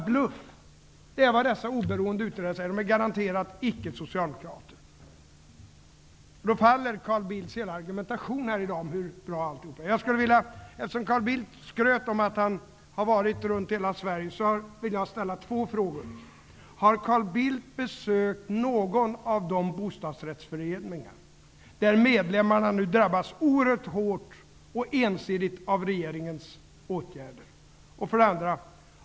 Det säger dessa två oberoende utredare, som garanterat icke är socialdemokrater. Carl Bildts argumentation om hur bra allting är faller därmed. Eftersom Carl Bildt skröt om att han varit runt i hela Sverige vill jag ställa två frågor: Har Carl Bildt besökt någon av de bostadsrättsföreningar där medlemmarna nu drabbas oerhört hårt och ensidigt av regeringens åtgärder?